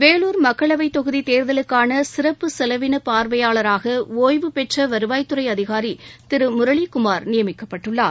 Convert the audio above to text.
வேலூர் மக்களவை தொகுதி தேர்தலுக்கான சிறப்பு செலவின பார்வையாளராக ஒய்வு பெற்ற வருவாய் துறை அதிகாரி திரு முரளிகுமார் நியமிக்கப்பட்டுள்ளார்